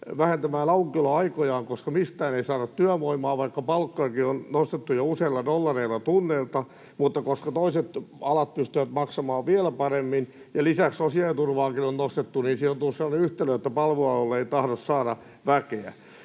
vähentämään aukioloaikojaan, koska mistään ei saada työvoimaa, vaikka palkkaakin on nostettu jo useilla dollareilla tunnilta, mutta koska toiset alat pystyvät maksamaan vielä paremmin ja lisäksi sosiaaliturvaakin on nostettu, siihen on tullut sellainen yhtälö, että palvelualoille ei tahdo saada väkeä.